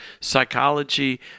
psychology